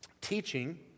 teaching